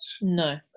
No